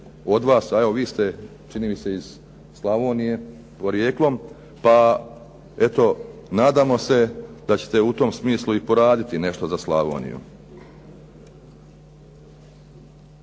od vas a evo vi ste čini mi se iz Slavonije porijeklom, pa eto nadamo se da ćete u tom smislu i poraditi nešto i za Slavoniju.